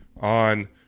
on